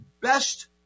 best